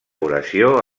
oració